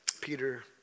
Peter